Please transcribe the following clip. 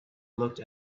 looked